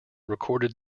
recorded